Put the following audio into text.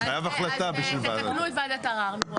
אז תתקנו את ועדת ערר.